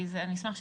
אני אשמח שתתייחס,